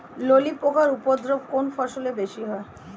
ললি পোকার উপদ্রব কোন ফসলে বেশি হয়?